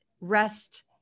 rest